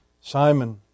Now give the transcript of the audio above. Simon